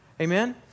Amen